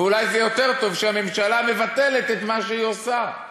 ואולי זה יותר טוב שהממשלה מבטלת את מה שהיא עושה,